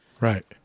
Right